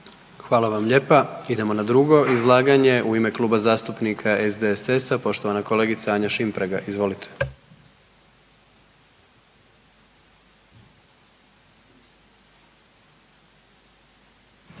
Hvala vam lijepa. Idemo na drugo izlaganje u ime Kluba zastupnika SDSS-a poštovana kolegica Anja Šimpraga. Izvolite. **Šimpraga,